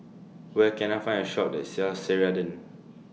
Where Can I Find A Shop that sells Ceradan